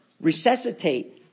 resuscitate